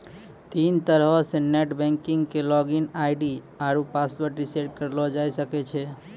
तीन तरहो से नेट बैंकिग के लागिन आई.डी आरु पासवर्ड रिसेट करलो जाय सकै छै